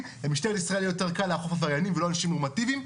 ולמשטרת ישראל יהיה יותר קל לאכוף עבריינים ולא אנשים נורמטיביים,